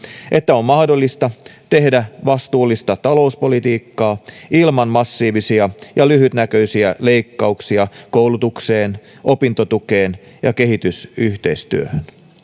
että on mahdollista tehdä vastuullista talouspolitiikkaa ilman massiivisia ja lyhytnäköisiä leikkauksia koulutukseen opintotukeen ja kehitysyhteistyöhön